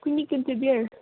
कोनी कुन चाहिँ बियर